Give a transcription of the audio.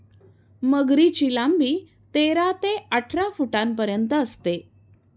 मगरीची लांबी तेरा ते अठरा फुटांपर्यंत असते